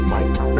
Mike